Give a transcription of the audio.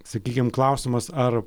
sakykim klausimas ar